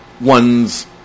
one's